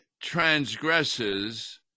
transgresses